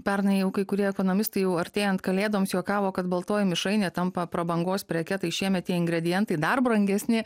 pernai jau kai kurie ekonomistai jau artėjant kalėdoms juokavo kad baltoji mišrainė tampa prabangos preke tai šiemet tie ingredientai dar brangesni